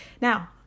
Now